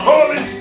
Holy